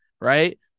Right